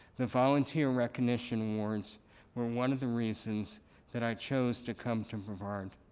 the volunteer recognition awards were one of the reasons that i chose to come to brevard.